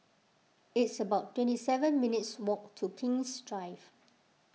it's about twenty seven minutes' walk to King's Drive